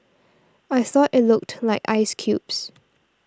I thought it looked like ice cubes